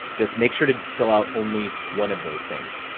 just make sure to fill out only one of those things.